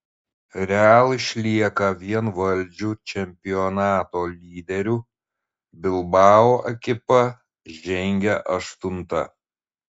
real išlieka vienvaldžiu čempionato lyderiu bilbao ekipa žengia aštunta